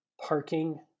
parking